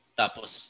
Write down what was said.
tapos